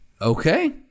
Okay